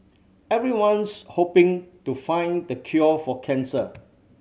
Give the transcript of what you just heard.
everyone's hoping to find the cure for cancer